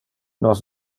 nos